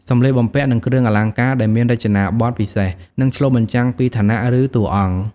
សម្លៀកបំពាក់ និងគ្រឿងអលង្ការ ដែលមានរចនាបថពិសេស និងឆ្លុះបញ្ចាំងពីឋានៈ ឬតួអង្គ។